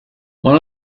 one